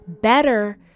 better